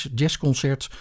jazzconcert